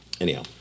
anyhow